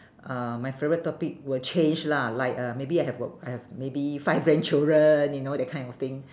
uh my favourite topic will change lah like uh maybe I have got I have maybe five grandchildren you know that kind of thing